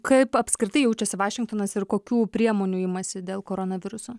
kaip apskritai jaučiasi vašingtonas ir kokių priemonių imasi dėl koronaviruso